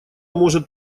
может